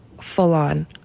full-on